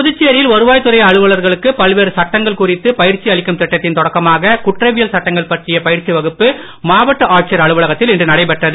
புதுச்சேரியில் வருவாய் துறை அலுவலர்களுக்கு பல்வேறு சட்டங்கள் குறித்து பயிற்சி அளிக்கும் திட்டத்தின் தொடக்கமாக குற்றவியல் சட்டங்கள் பற்றிய பயிற்சி வகுப்பு மாவட்ட ஆட்சியர் அலுவலகத்தில் இன்று நடைபெற்றது